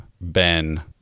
Ben